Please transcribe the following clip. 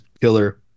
killer